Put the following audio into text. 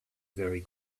very